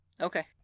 Okay